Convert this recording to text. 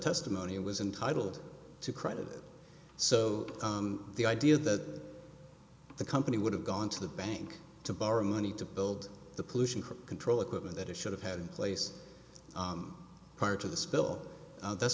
testimony was intitled to credit so the idea that the company would have gone to the bank to borrow money to build the pollution control equipment that it should have had place prior to the spill that's